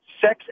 sex